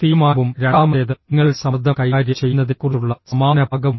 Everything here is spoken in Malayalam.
തീരുമാനവും രണ്ടാമത്തേത് നിങ്ങളുടെ സമ്മർദ്ദം കൈകാര്യം ചെയ്യുന്നതിനെക്കുറിച്ചുള്ള സമാപന ഭാഗവും